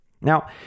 Now